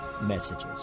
messages